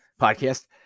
podcast